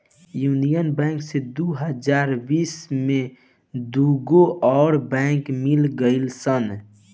union Bank से दू हज़ार बिस में दूगो अउर बैंक मिल गईल सन